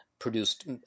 Produced